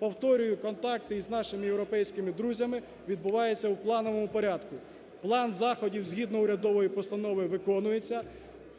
Повторюю, контакти з нашими європейськими друзями відбуваються у плановому порядку, план заходів, згідно урядової постанови, виконується.